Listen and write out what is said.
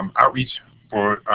um outreach for